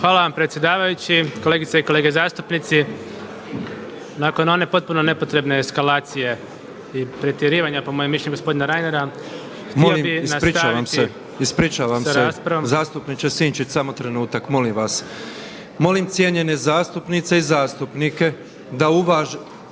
Hvala vam predsjedavajući. Kolegice i kolege zastupnici! Nakon one potpuno nepotrebne eskalacije i pretjerivanju po mojem mišljenju gospodina Reinera. **Petrov, Božo (MOST)** Ispričavam se, zastupniče Sinčić samo trenutak molim vas. Molim cijenjene zastupnice i zastupnike da uvaže